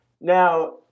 now